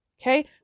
Okay